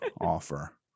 offer